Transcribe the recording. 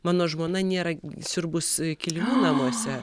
mano žmona nėra siurbus kilimų namuose